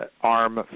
arm